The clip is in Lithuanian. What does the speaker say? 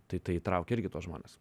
tai tai įtraukia irgi tuos žmones